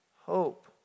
hope